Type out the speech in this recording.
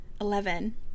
Eleven